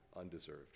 undeserved